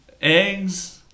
eggs